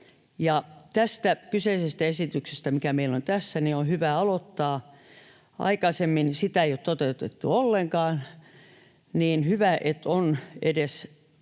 Tästä kyseisestä esityksestä, mikä meillä on tässä, on hyvä aloittaa. Aikaisemmin sitä ei ole toteutettu ollenkaan, ja on hyvä, että on tehty